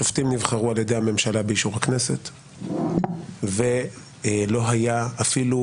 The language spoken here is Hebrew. שופטים נבחרו על ידי הממשלה באישור הכנסת ולא היה אפילו